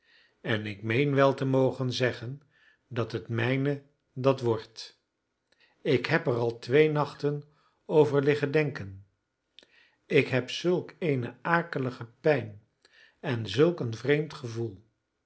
en ik meen wel te mogen zeggen dat het mijne dat wordt ik heb er al twee nachten over liggen denken ik heb zulk eene akelige pijn en zulk een vreemd gevoel